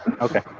Okay